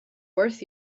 worth